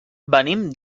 venim